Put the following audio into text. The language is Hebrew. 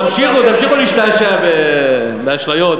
תמשיכו, תמשיכו להשתעשע באשליות.